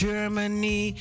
Germany